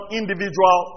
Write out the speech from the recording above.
individual